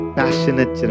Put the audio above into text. passionate